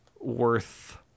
worth